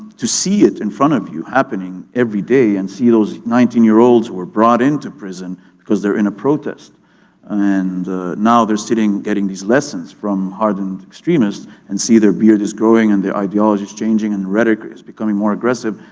to see it in front of you happening every day and see those nineteen year olds who were brought into prison because they're in a protest and now they're sitting and getting these lessons from hardened extremists and see their beard is growing and their ideology's changing and the rhetoric is becoming more aggressive,